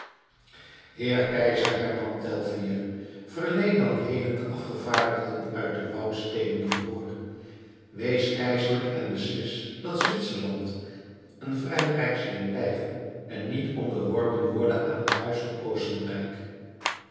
heer keizer hernam tell fier verleen dan heden den afgevaardigden uit de woudsteden gehoor wees keizerlijk en beslis dat zwitserland een vrij rijksleen blijve en niet onderworpen worde aan het huis van oostenrijk